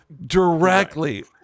directly